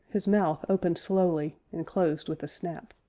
his mouth opened slowly, and closed with a snap.